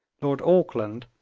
lord auckland,